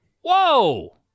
Whoa